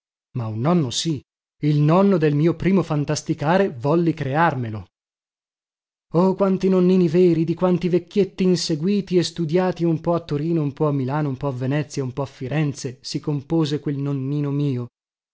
ma un nonno sì il nonno del mio primo fantasticare volli crearmelo oh di quanti nonnini veri di quanti vecchietti inseguiti e studiati un po a torino un po a milano un po a venezia un po a firenze si compose quel nonnino mio